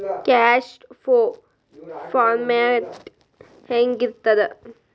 Cash flow format ಹೆಂಗಿರ್ತದ?